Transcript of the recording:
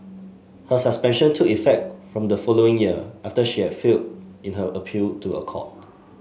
her suspension took effect from the following year after she had failed in her appeal to a court